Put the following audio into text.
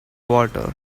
water